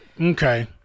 okay